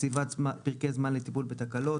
קציבת פרקי זמן לטיפול בתקלות,